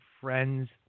friends